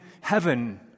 heaven